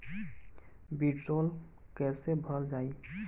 वीडरौल कैसे भरल जाइ?